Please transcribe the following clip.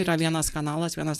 yra vienas kanalas vienas